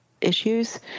issues